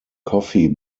coffee